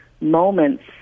moments